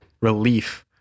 relief